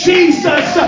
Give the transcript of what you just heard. Jesus